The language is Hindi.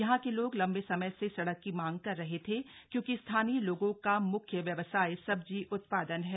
यहां के लोग लंबे समय से सड़क की मांग कर रहे थे क्योंकि स्थानीय लोगों का मुख्य व्यवसाय सब्जी उत्पादन है